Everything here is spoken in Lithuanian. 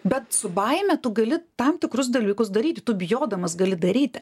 bet su baime tu gali tam tikrus dalykus daryti tu bijodamas gali daryti